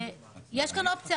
כל זה מועמס ובנוסף על זה יש את המצב